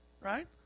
right